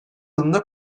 yılında